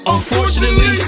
Unfortunately